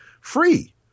free